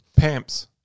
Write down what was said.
PAMPs